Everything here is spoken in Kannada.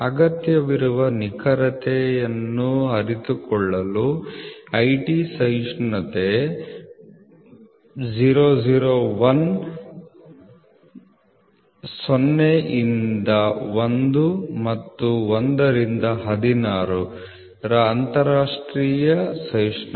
ಅಗತ್ಯವಿರುವ ನಿಖರತೆಯನ್ನು ಅರಿತುಕೊಳ್ಳಲು IT ಸಹಿಷ್ಣುತೆ 001 0 ರಿಂದ 1 ಮತ್ತು 1 ರಿಂದ 16 ರ ಅಂತರರಾಷ್ಟ್ರೀಯ ಸಹಿಷ್ಣುತೆ